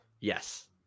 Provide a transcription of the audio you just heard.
Yes